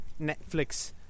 Netflix